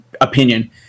opinion